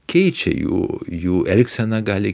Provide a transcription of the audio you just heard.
keičia jų jų elgseną gali